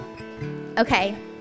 Okay